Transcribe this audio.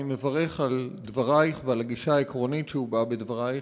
אני מברך על דברייך ועל הגישה העקרונית שהובעה בדברייך,